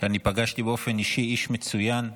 שאני פגשתי באופן אישי, איש מצוין.